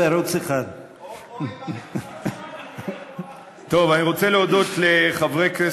בערוץ 1. אני רוצה להודות לחברי כנסת